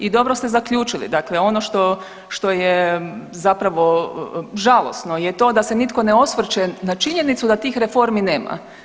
I dobro ste zaključili, dakle ono što, što je zapravo žalosno je to da se nitko ne osvrće na činjenicu da tih reformi nema.